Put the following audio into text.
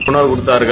உணவு கொடுத்தார்கள்